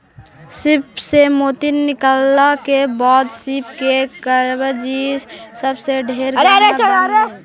सीप से मोती निकालला के बाद सीप के कवच ई सब से ढेर गहना बन हई